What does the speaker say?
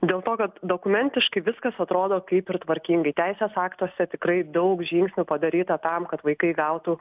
dėl to kad dokumentiškai viskas atrodo kaip ir tvarkingai teisės aktuose tikrai daug žingsnių padaryta tam kad vaikai gautų